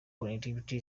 connectivity